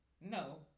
No